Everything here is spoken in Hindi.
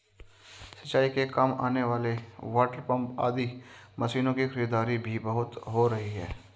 सिंचाई के काम आने वाले वाटरपम्प आदि मशीनों की खरीदारी भी बहुत हो रही है